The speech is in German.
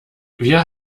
wir